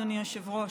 אדוני היושב-ראש,